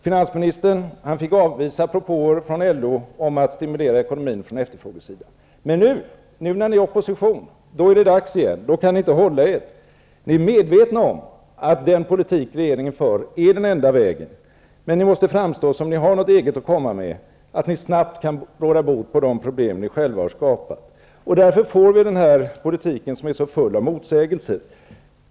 Finansministern fick avvisa propåer från LO om att stimulera ekonomin från efterfrågesidan. Men nu när ni Socialdemokrater är i opposition är det dags igen. Då kan ni inte hålla er. Ni är medvetna om att den politik regeringen för är den enda vägen. Men det måste framstå som om ni har något eget att komma med och att ni snabbt kan råda bot på de problem ni själva har skapat. Därför blir det denna politik som är så full av motsägelser.